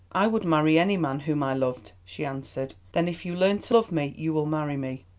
i would marry any man whom i loved, she answered. then if you learn to love me you will marry me?